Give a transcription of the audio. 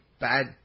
bad